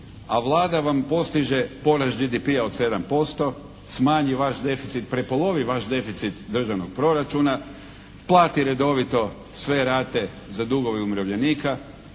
a Vlada vam postiže porast GDP-a od 7%, smanji vaš deficit, prepolovi vaš deficit državnog proračuna, plati redovito sve rate za dugove umirovljenika,